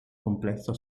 complessa